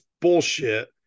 bullshit